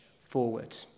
forward